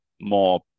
more